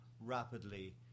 rapidly